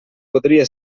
podria